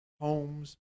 homes